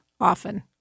often